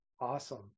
Awesome